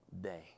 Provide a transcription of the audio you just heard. day